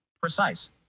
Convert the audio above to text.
Precise